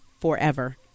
forever